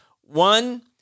One